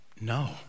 No